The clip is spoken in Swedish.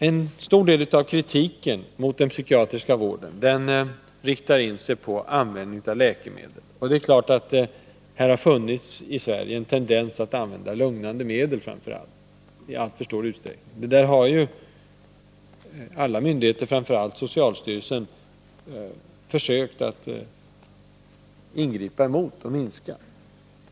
En stor del av kritiken mot den psykiatriska vården riktar in sig på Nr 22 användningen av läkemedel. Det är klart att det i Sverige har funnits en tendens att använda framför allt lugnande medel i alltför stor utsträckning. Det har socialstyrelsen försökt ingripa mot.